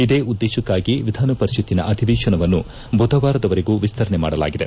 ಇದೇ ಉದ್ದೇಶಕ್ಕಾಗಿ ವಿಧಾನಪರಿಷತ್ತಿನ ಅಧಿವೇಶನವನ್ನು ಬುಧವಾರದವರೆಗೂ ವಿಸ್ತರಣೆ ಮಾಡಲಾಗಿದೆ